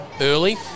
early